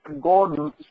God